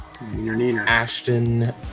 Ashton